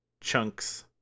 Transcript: chunks